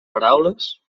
paraules